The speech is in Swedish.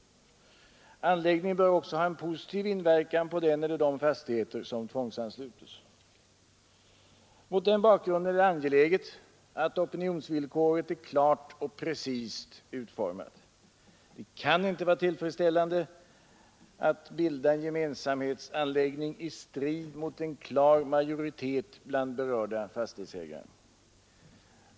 Anläggningen bör också ha en positiv inverkan på den eller de fastigheter som tvångsanslutes. Mot den bakgrunden är det angeläget att opinionsvillkoret är klart och precist utformat. Det kan inte vara tillfredsställande att bilda en gemensamhetsanläggning i strid mot en klar majoritet bland berörda fastighetsägare.